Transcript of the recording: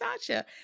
Sasha